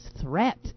threat